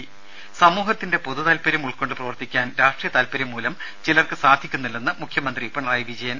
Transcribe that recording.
ത സമൂഹത്തിന്റെ പൊതുതാൽപര്യം ഉൾകൊണ്ട് പ്രവർത്തിക്കാൻ രാഷ്ട്രീയ താൽപര്യംമൂലം ചിലർക്ക് സാധിക്കുന്നില്ലെന്ന് മുഖ്യമന്ത്രി പിണറായി വിജയൻ